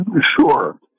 Sure